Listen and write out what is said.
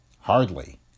Hardly